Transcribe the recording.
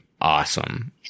awesome